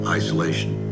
isolation